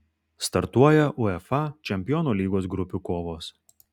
startuoja uefa čempionų lygos grupių kovos